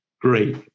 Great